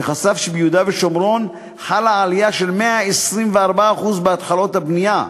שחשף שביהודה ושומרון חלה עלייה של 124% בהתחלות הבנייה.